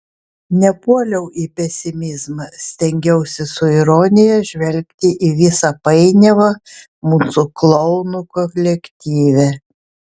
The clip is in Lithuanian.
nepuoliau į pesimizmą stengiausi su ironija žvelgti į visą painiavą mūsų klounų kolektyve